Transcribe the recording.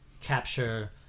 capture